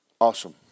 Awesome